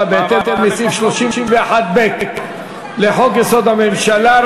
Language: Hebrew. בהתאם לסעיף 31(ב) לחוק-יסוד: הממשלה.